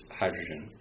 hydrogen